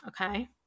Okay